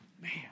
man